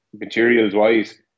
materials-wise